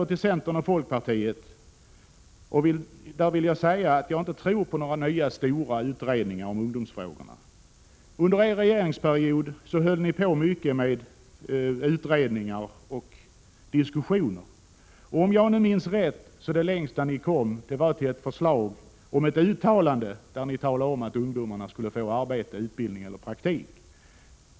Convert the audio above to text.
Till centern och folkpartiet vill jag säga att jag inte tror på några nya stora utredningar om ungdomsfrågorna. Under er regeringsperiod höll ni på mycket med utredningar och diskussioner. Det längsta ni kom till var, om jag minns rätt, ett förslag till uttalande om att ungdomarna skulle få arbete, utbildning eller praktik.